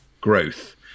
growth